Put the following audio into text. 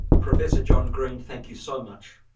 professor john green, thank you so much.